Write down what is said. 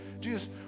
Jesus